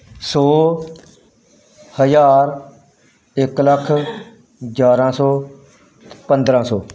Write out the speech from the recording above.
ਸੌ ਹਜ਼ਾਰ ਇੱਕ ਲੱਖ ਗਿਆਰ੍ਹਾਂ ਸੌ ਪੰਦਰ੍ਹਾਂ ਸੌ